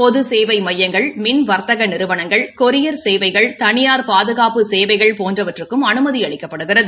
பொது சேவை மையங்கள் மின் வாத்தக நிறுவனங்கள் கொரியா் சேவைகள் தனியார் பாதுகாப்பு சேவைகள் போன்றவற்றிற்கும் அனுமதி அளிக்கப்படுகிறது